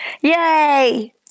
yay